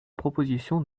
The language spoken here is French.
proposition